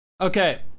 Okay